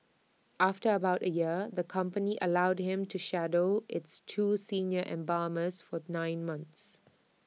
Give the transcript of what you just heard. after about A year the company allowed him to shadow its two senior embalmers for the nine months